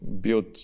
built